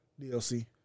DLC